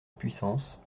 puissance